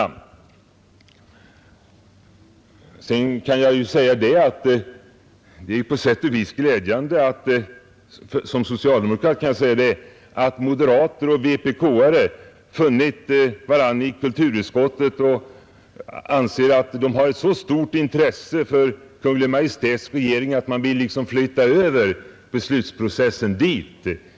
Som socialdemokrat kan jag säga att det på sätt och vis är glädjande att moderater och vpk-are funnit varandra i kulturutskottet och anser att de har ett så stort intresse för Kungl. Maj:ts regering att de vill flytta över beslutsprocessen dit.